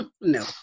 No